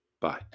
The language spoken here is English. Bye